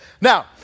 now